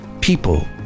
people